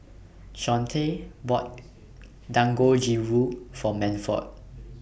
Shawnte bought Dangojiru For Manford